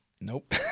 Nope